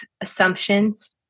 assumptions